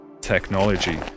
technology